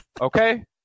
okay